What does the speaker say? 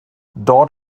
dort